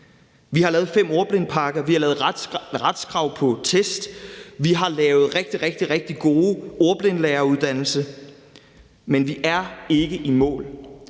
Vi har lavet fem ordblindepakker, vi har lavet retskrav på test, vi har lavet en rigtig, rigtig, rigtig god ordblindelæreruddannelse, men vi er ikke i mål.